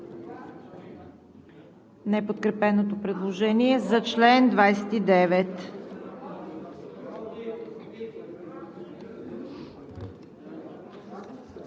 неподкрепеното предложение за чл. 28